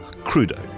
Crudo